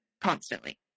constantly